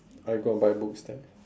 are you gonna buy books there